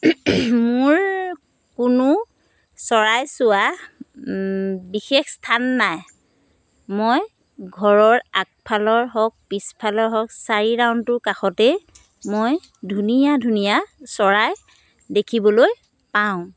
মোৰ কোনো চৰাই চোৱা বিশেষ স্থান নাই মই ঘৰৰ আগফালৰ হওক পিছফালৰ হওক চাৰি ৰাউণ্ডটোৰ কাষতে মই ধুনীয়া ধুনীয়া চৰাই দেখিবলৈ পাওঁ